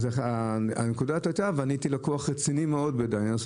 אני הייתי לקוח רציני מאוד של "דיינרס"